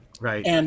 Right